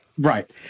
Right